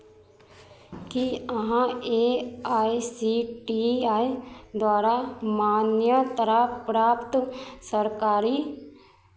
की अहाँ A I C T I द्वारा मान्यता प्राप्त सरकारी